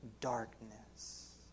darkness